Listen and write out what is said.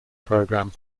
program